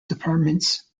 departments